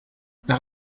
nach